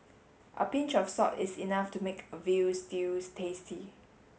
a pinch of salt is enough to make a veal stews tasty